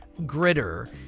Gritter